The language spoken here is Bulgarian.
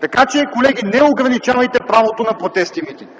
Така че, колеги, не ограничавайте правото на протест и митинг.